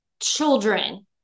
children